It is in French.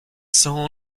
sont